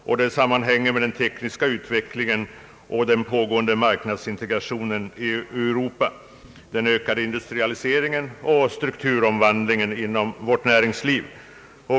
Detta sammanhänger med den tekniska utvecklingen och den pågående marknadsintegrationen i Europa samt med den ökade industrialiseringen och strukturomvandlingen inom vårt näringsliv.